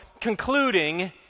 concluding